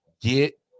get